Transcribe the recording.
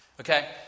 Okay